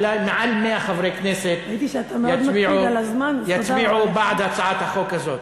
אולי מעל 100 חברי כנסת יצביעו בעד הצעת החוק הזאת.